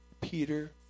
Peter